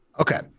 okay